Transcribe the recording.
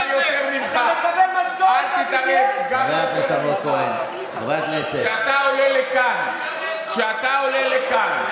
אז למה הם לא אפשרו לכם, אתה מקבל משכורת מה-BDS?